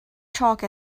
chalk